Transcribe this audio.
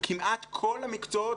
כמעט כל המקצועות,